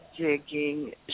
Digging